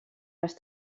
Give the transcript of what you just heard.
les